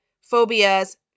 phobias